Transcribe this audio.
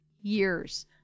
years